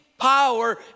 power